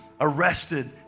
arrested